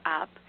up